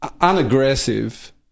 unaggressive